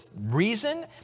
reason